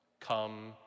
come